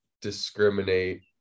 discriminate